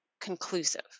conclusive